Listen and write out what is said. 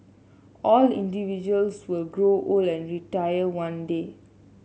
all individuals will grow old and retire one day